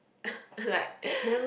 like